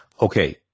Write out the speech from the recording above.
Okay